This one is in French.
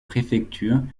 préfectures